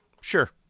Sure